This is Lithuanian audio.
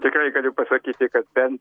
tikrai galiu pasakyti kad bent